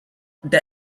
that